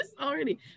already